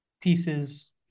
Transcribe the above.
pieces